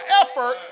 effort